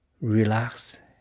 Relax